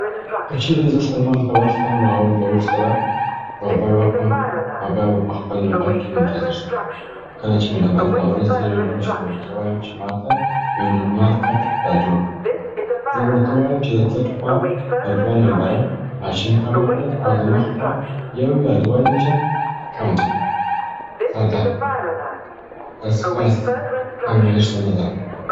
که چیري زه سلمان ته ورسم، نو اول به ورس سره روغبر وکړم او بیا به په خپل نوبت کي منتظر سم. کله چي مي نوبت را ورسیږي نو وروسته به ورته ووایم چې ماته یو نورمال کټ را جوړ کړه. زه به ورته ووایم چي د څټ خوا په دوه نمبره ماشین کمه کړه او د مخ خوا یو یا دوه انچه کم که. ساده. داسي خاص فرمایش زه نه لرم.